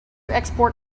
export